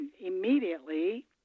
immediately